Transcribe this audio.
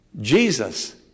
Jesus